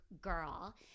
girl